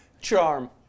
charm